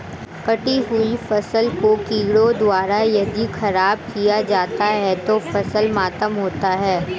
कटी हुयी फसल को कीड़ों द्वारा यदि ख़राब किया जाता है तो फसल मातम होता है